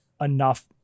enough